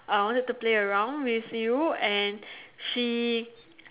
uh wanted to play around with you and she